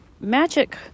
magic